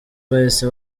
bahise